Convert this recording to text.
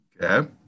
Okay